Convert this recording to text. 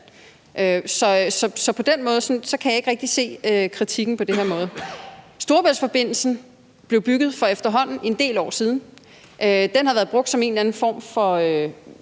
Så på den måde kan jeg ikke rigtig se kritikken. Storebæltsforbindelsen blev bygget for efterhånden en del år siden. Den har været brugt som en eller anden form for